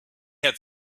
had